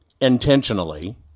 intentionally